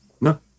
No